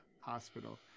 hospital